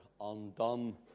Undone